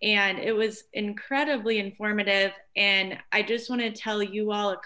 and it was incredibly informative and i just want to tell you all a